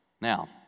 Now